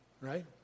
right